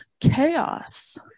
chaos